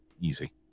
Easy